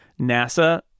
NASA